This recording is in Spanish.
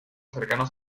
cercanos